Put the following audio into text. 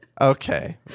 okay